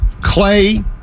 Clay